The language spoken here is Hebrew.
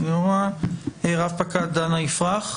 רפ"ק דפנה יפרח,